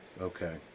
Okay